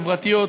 חברתיות,